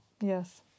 Yes